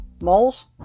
Moles